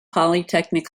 polytechnic